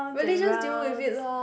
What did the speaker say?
really just deal with it lah